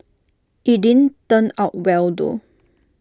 IT didn't turn out well though